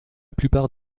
plupart